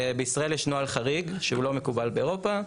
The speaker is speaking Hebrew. בישראל יש נוהל חריג שהוא לא מקובל באירופה,